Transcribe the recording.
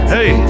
Hey